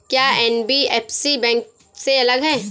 क्या NBFC bank से अलग है?